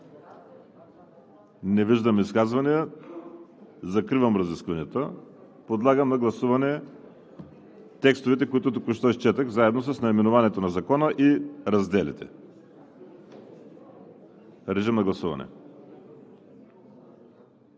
Не виждам. Закривам разискванията. Подлагам на гласуване текстовете, които току-що изчетох, заедно с наименованието на Закона и разделите. Гласували